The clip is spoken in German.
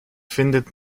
findet